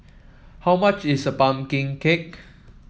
how much is pumpkin cake